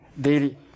daily